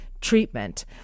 treatment